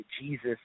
Jesus